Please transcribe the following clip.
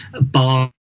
bar